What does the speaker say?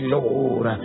Lord